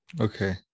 okay